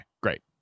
great